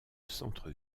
centre